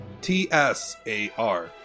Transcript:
T-S-A-R